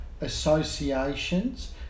associations